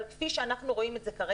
אבל כפי שאנחנו רואים את זה כרגע,